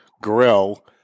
Grill